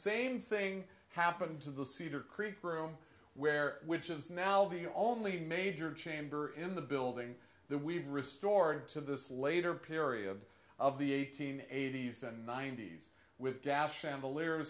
same thing happened to the cedar creek room where which is now the only major chamber in the building that we've restored to this later period of the eighteen eighties and nineties with daf chandelier